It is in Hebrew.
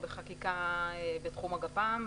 כבר היום בחקיקה בתחום הגפ"מ,